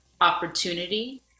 opportunity